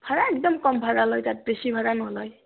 সেই একদম কম ভাড়া লয় তাত বেছি ভাড়া নলয়